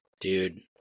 dude